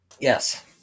Yes